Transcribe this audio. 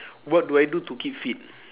what do I do to keep fit